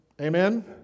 Amen